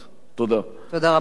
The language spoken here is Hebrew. תודה רבה לך, חבר הכנסת יריב לוין.